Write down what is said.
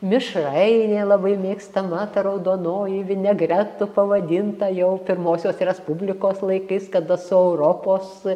mišrainė labai mėgstama ta raudonoji vinegretu pavadinta jau pirmosios respublikos laikais kada su europos